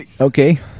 Okay